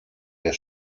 der